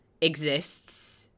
exists